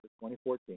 2014